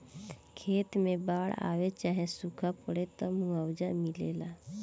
खेत मे बाड़ आवे चाहे सूखा पड़े, त मुआवजा मिलेला